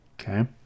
Okay